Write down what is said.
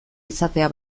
izatea